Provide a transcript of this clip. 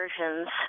versions